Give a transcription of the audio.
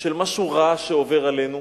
של מה שהוא ראה שעובר עלינו.